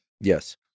Yes